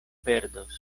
perdos